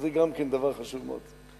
זה גם דבר חשוב מאוד.